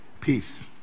peace